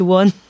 one